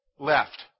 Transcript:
Left